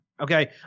Okay